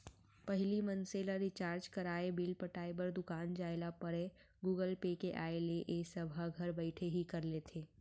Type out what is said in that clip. पहिली मनसे ल रिचार्ज कराय, बिल पटाय बर दुकान जाय ल परयए गुगल पे के आय ले ए सब ह घर बइठे ही कर लेथे